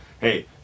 hey